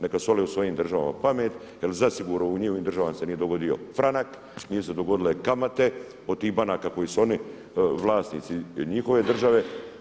Neka sole u svojim državama pamet jel zasigurno u njihovim državama se nije dogodio franak, nisu se dogodile kamate od tih banaka koje su oni vlasnici njihove države.